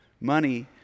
money